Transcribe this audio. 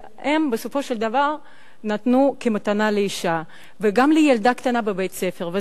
שהם בסופו של דבר נתנו כמתנה לאשה וגם לילדה הקטנה בבית-ספר.